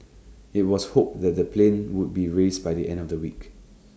IT was hoped that the plane would be raised by the end of the week